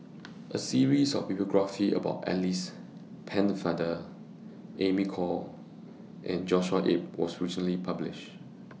A series of biographies about Alice Pennefather Amy Khor and Joshua Ip was recently published